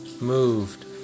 moved